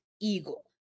Eagle